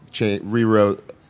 rewrote